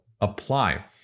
apply